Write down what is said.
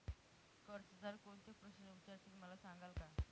कर्जदार कोणते प्रश्न विचारतील, मला सांगाल का?